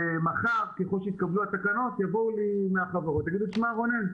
שמחר ככל שיתקבלו התקנות יבואו אלי מהחברות ויגידו לי רונן,